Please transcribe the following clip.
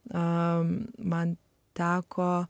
a man teko